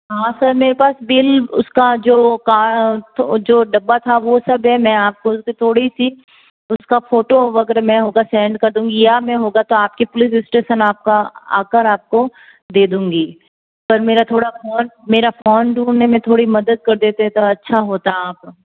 हाँ सर मेरे पास बिल उसका जो जो डब्बा था वो सब देने आप थोड़ी सी उसका फोटो वगैरह मैं होगा सेंड कर दूंगी या मैं होगा तो आपके पुलिस स्टेशन आपका आकर आपको दे दूँगी पर मेरा थोड़ा फोन मेरा फोन ढूंढने में थोड़ी मदद कर देते तो अच्छा होता आप